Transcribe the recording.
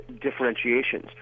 differentiations